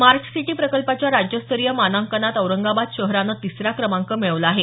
smart city प्रकल्पाच्या राज्यस्तरीय मानांकनात औरंगाबाद शहरानं तिसरा क्रमांक मिळवला आहे